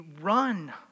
run